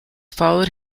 followed